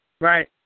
Right